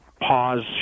pause